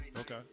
okay